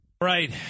right